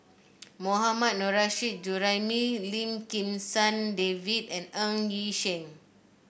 Mohammad Nurrasyid Juraimi Lim Kim San David and Ng Yi Sheng